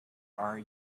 are